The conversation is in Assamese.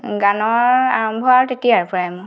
গানৰ আৰম্ভ আৰু তেতিয়াৰ পৰাই মোৰ